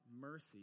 mercy